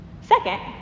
Second